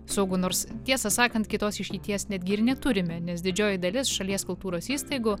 saugu nors tiesą sakant kitos išeities netgi ir neturime nes didžioji dalis šalies kultūros įstaigų